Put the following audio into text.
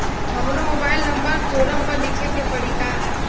हमरो mobile number form पर लिखे के पड़ी का?